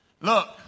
Look